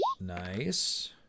Nice